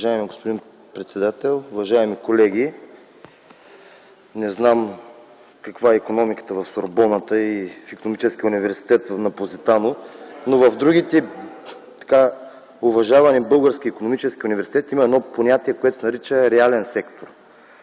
Уважаеми господин председател, уважаеми колеги! Не знам каква е икономиката в Сорбоната и в Икономическия университет на „Позитано”, но в другите уважавани български икономически университети има едно понятие, което се нарича „реален сектор”.